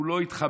הוא לא התחבא,